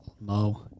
Mo